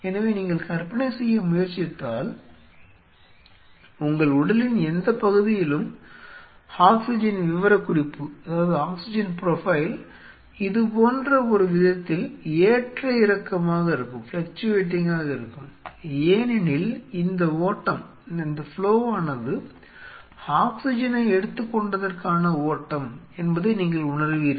எனவே நீங்கள் கற்பனை செய்ய முயற்சித்தால் உங்கள் உடலின் எந்தப் பகுதியிலும் ஆக்ஸிஜன் விவரக்குறிப்பு இது போன்ற ஒரு விதத்தில் ஏற்ற இறக்கமாக இருக்கும் ஏனெனில் இந்த ஓட்டமானது ஆக்சிஜனை எடுத்துக்கொண்டதற்கான ஓட்டம் என்பதை நீங்கள் உணர்வீர்கள்